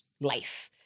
life